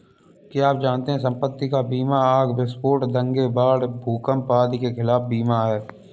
क्या आप जानते है संपत्ति का बीमा आग, विस्फोट, दंगे, बाढ़, भूकंप आदि के खिलाफ बीमा है?